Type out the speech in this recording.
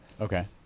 Okay